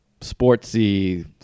sportsy